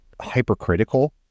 hypercritical